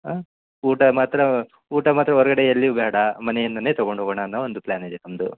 ಹಾಂ ಊಟ ಮಾತ್ರ ಊಟ ಮಾತ್ರ ಹೊರ್ಗಡೆ ಎಲ್ಲಿಯೂ ಬೇಡ ಮನೆಯಿಂದನೇ ತಗೊಂಡು ಹೋಗೋಣ ಅನ್ನೋ ಒಂದು ಪ್ಲ್ಯಾನ್ ಇದೆ ನಮ್ಮದು